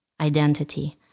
identity